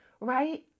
right